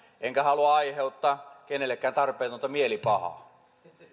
enkä halua aiheuttaa kenellekään tarpeetonta mielipahaa